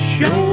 Show